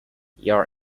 your